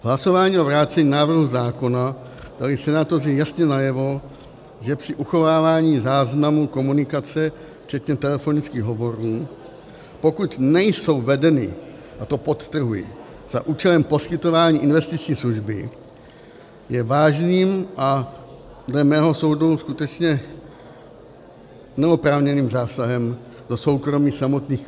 V hlasování o vrácení návrhu zákona dali senátoři jasně najevo, že při uchovávání záznamů komunikace včetně telefonických hovorů, pokud nejsou vedeny a to podtrhuji za účelem poskytování investiční služby, je vážným a dle mého soudu skutečně neoprávněným zásahem do soukromí samotných klientů.